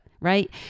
right